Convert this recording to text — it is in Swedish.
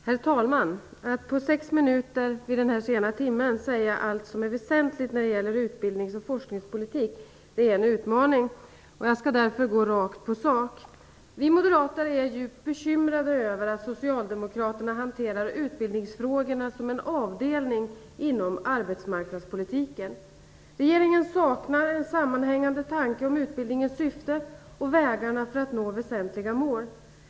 Herr talman! Att på sex minuter i denna sena timme säga allt som är väsentligt när det gäller utbildnings och forskningspolitik är en utmaning. Jag skall därför gå rakt på sak. Vi moderater är djupt bekymrade över att Socialdemokraterna hanterar utbildningsfrågorna som en avdelning inom arbetsmarknadspolitiken. Regeringen saknar en sammanhängande tanke om utbildningens syfte och vägarna för att nå väsentliga mål.